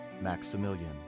Maximilian